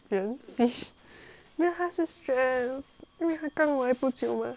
没有它是 stress 因为它刚来不久 mah